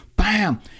Bam